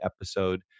episode